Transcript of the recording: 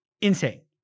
insane